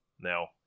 Now